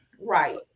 Right